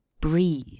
breathe